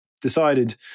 decided